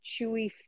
chewy